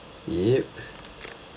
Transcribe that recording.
yeap